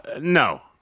No